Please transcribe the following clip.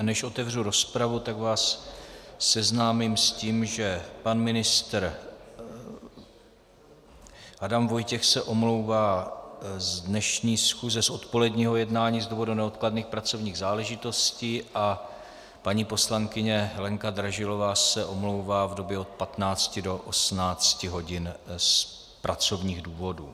Než otevřu rozpravu, seznámím vás s tím, že pan ministr Adam Vojtěch se omlouvá z dnešní schůze z odpoledního jednání z důvodu neodkladných pracovních záležitostí a paní poslankyně Lenka Dražilová se omlouvá v době od 15 do 18 hodin z pracovních důvodů.